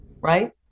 right